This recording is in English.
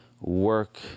work